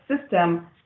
system